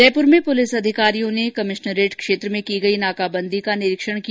जयपुर में पुलिस अधिकारियों ने कभिश्नरेट क्षेत्र में की गई नाकाबंदी का निरीक्षण किया